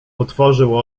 otworzył